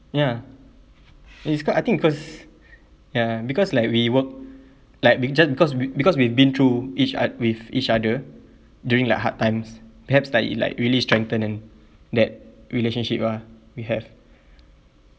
ya it's quite I think cause ya because like we work like be~ just because because we've been through each ot~ with each other during like hard times perhaps like it like really strengthen and that relationship ah we have